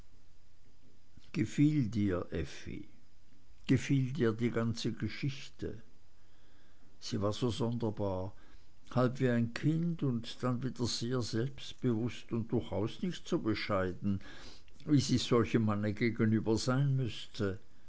gefiel dir effi gefiel dir die ganze geschichte sie war so sonderbar halb wie ein kind und dann wieder sehr selbstbewußt und durchaus nicht so bescheiden wie sie's solchem manne gegenüber sein müßte